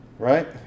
right